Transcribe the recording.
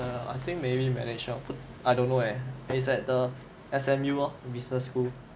err I think management I don't know eh it's at the S_M_U lor business school